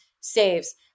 saves